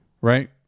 Right